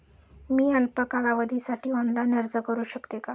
मी अल्प कालावधीसाठी ऑनलाइन अर्ज करू शकते का?